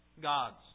gods